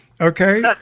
okay